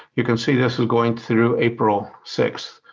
you can see this is going through april sixth,